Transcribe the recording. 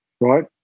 right